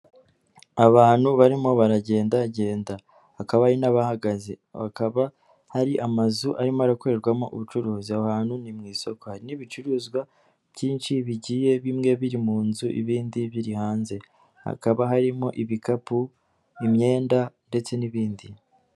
Abantu barimo baragenda genda, hakaba hari n'abahagaze, hakaba hari amazu arimo arakorerwamo ubucuruzi. Aho hantu ni mu isoko, hari n'ibicuruzwa byinshi bigiye bimwe biri mu nzu ibindi biri hanze, hakaba harimo ibikapu imyenda ndetse n'ibindi.